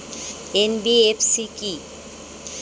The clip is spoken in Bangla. এন.বি.এফ.সি কী?